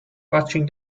watching